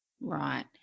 Right